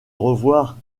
revoir